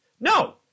No